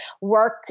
work